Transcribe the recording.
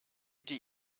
die